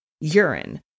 urine